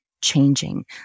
changing